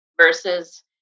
versus